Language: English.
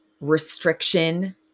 restriction